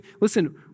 Listen